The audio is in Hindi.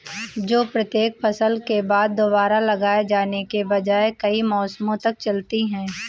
जो प्रत्येक फसल के बाद दोबारा लगाए जाने के बजाय कई मौसमों तक चलती है